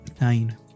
Nine